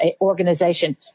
organization